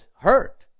hurt